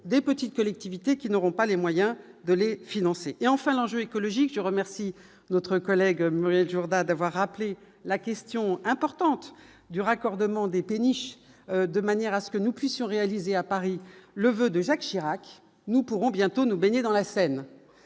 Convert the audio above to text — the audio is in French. des petites collectivités qui n'auront pas les moyens de les financer et enfin l'enjeu écologique je remercie notre collègue Muriel Jorda d'avoir appelé la question importante du raccordement des péniches de manière à ce que nous puissions réaliser à Paris le voeux de Jacques Chirac, nous pourrons bientôt nous baigner dans la Seine